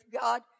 God